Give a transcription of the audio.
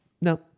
no